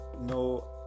no